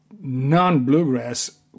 non-bluegrass